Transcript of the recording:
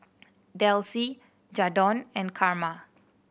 Delcie Jadon and Karma